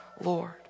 Lord